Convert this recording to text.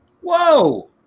whoa